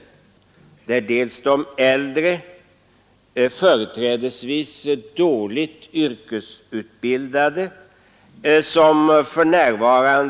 För det första är det äldre, företrädesvis dåligt ås ut ur branschen.